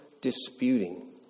disputing